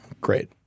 Great